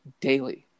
daily